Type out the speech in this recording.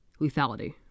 Lethality